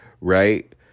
Right